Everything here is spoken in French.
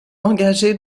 engagé